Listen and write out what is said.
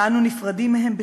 ואנו נפרדים מהם בכאב.